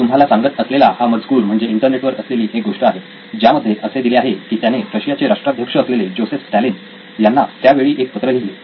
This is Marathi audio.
मी तुम्हाला सांगत असलेला हा मजकूर म्हणजे इंटरनेटवर असलेली एक गोष्ट आहे ज्यामध्ये असे दिले आहे की त्याने रशियाचे राष्ट्राध्यक्ष असलेले जोसेफ स्टॅलिन यांना त्या वेळी एक पत्र लिहिले